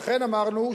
לכן אמרנו,